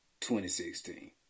2016